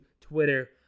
twitter